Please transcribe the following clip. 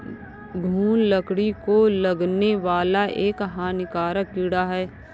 घून लकड़ी को लगने वाला एक हानिकारक कीड़ा है